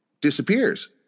disappears